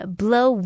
blow